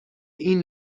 این